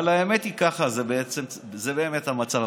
זה באמת המצב.